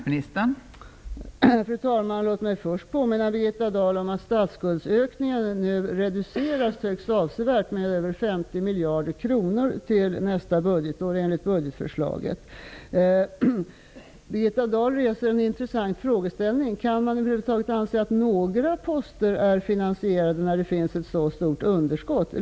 Fru talman! Låt mig först påminna Birgitta Dahl om att statsskuldsökningen enligt budgetförslaget nu reduceras högst avsevärt, med över 50 miljarder kronor, till nästa budgetår. Birgitta Dahl reser en intressant fråga: Kan man över huvud taget anse att några poster är finansierade när det finns ett så stort underskott?